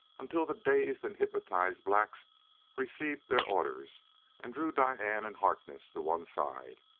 until the dazed and hypnotized blacks received their orders and drew diane and harkness to one side.